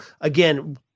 again